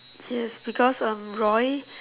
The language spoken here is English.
yes because um Roy